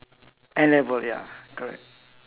N-level ya correct